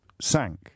sank